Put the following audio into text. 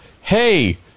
hey